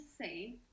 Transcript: say